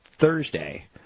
Thursday